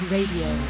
Radio